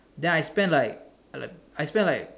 then I spend like like I spend like